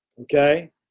okay